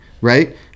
right